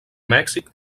mèxic